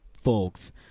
folks